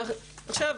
עכשיו,